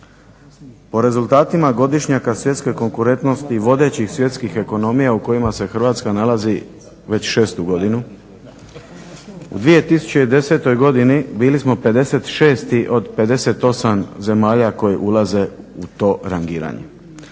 Po rezultatima godišnjaka svjetske konkurentnosti vodećih svjetskih ekonomija u kojima se Hrvatska nalazi već 6-u godinu u 2010. godini bili smo 56 od 58 zemalja koji ulaze u to rangiranje.